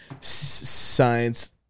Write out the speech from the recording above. science